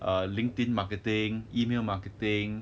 err linkedin marketing email marketing